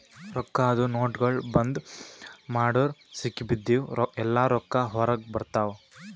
ರೊಕ್ಕಾದು ನೋಟ್ಗೊಳ್ ಬಂದ್ ಮಾಡುರ್ ಸಿಗಿಬಿದ್ದಿವ್ ಎಲ್ಲಾ ರೊಕ್ಕಾ ಹೊರಗ ಬರ್ತಾವ್